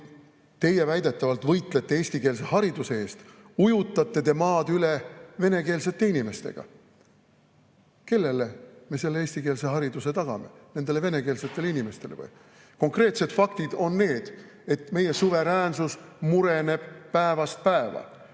teie väidetavalt võitlete eestikeelse hariduse eest, ujutate te maa üle venekeelsete inimestega. Kellele me selle eestikeelse hariduse tagame? Nendele venekeelsetele inimestele või? Konkreetsed faktid on need, et meie suveräänsus mureneb päevast päeva.